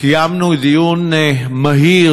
קיימנו דיון מהיר,